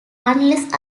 unless